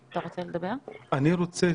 הבא,